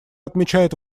отмечают